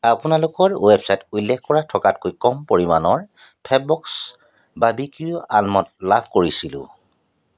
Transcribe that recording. আপোনালোকৰ ৱেবছাইট উল্লেখ কৰা থকাতকৈ কম পৰিমাণৰ ফেববক্স বাৰ্বিকিউ আলমণ্ড লাভ কৰিছিলোঁ